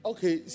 Okay